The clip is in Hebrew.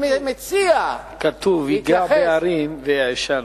כתוב: "יגע בהרים ויעשנו".